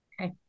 Okay